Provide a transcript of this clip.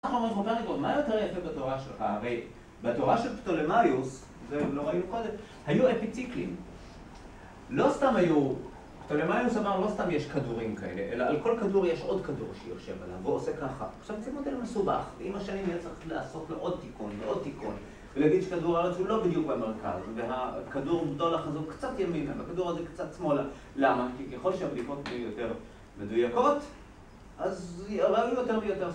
אנחנו אומרים פה, מה יותר יפה בתורה שלך, ובתורה של פטולמיוס, זה לא ראינו קודם, היו אפיציקלים. לא סתם היו, פטולמיוס אמר, לא סתם יש כדורים כאלה, אלא על כל כדור יש עוד כדור שיושב עליו, או עושה ככה. עכשיו זה מודל מסובך, ועם השנים היה צריך לעשות לו עוד תיקון, עוד תיקון, ולהגיד שכדור הארץ הוא לא בדיוק במרכז, והכדור בדולח הוא קצת ימינה, והכדור הזה קצת שמאלה, למה? כי ככל שהבדיקות יהיו יותר מדויקות, אז נבין יותר ויותר.